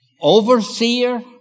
overseer